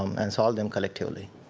um and solve them collectively.